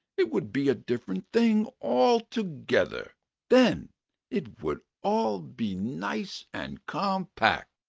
it would be a different thing, altogether. then it would all be nice and compact.